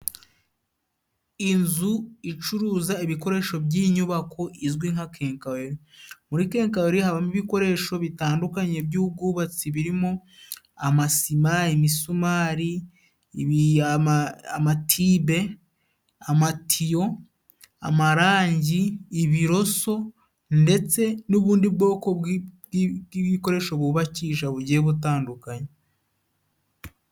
Inzu icuruza ibikoresho by'inyubako izwi nka kenkayori, muri kenkayori habamo ibikoresho bitandukanye by'ubwubatsi birimo: amasima, imisumari ,amatibe ,amatiyo ,amarangi ,ibiroso ndetse n'ubundi bwoko bw'ibikoresho bubakisha bugiye butandukanye.